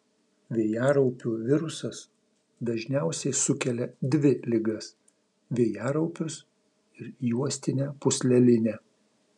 vėjaraupių virusas dažniausiai sukelia dvi ligas vėjaraupius ir juostinę pūslelinę